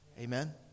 Amen